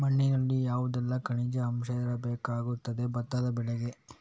ಮಣ್ಣಿನಲ್ಲಿ ಯಾವುದೆಲ್ಲ ಖನಿಜ ಅಂಶ ಇರಬೇಕಾಗುತ್ತದೆ ಭತ್ತದ ಬೆಳೆಗೆ?